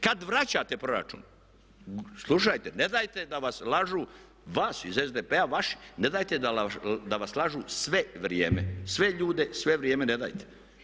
Kada vraćate proračun, slušajte, ne dajte da vas lažu, vas iz SDP-a, vasi, ne dajte da vas lažu sve vrijeme, sve ljude, sve vrijeme, ne dajte.